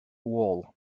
wall